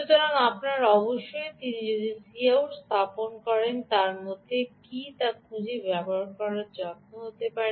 সুতরাং আপনার অবশ্যই তিনি যে Cout স্থাপন করেছেন তার মূল্য কী তা খুঁজে বের করার যত্ন নিতে হবে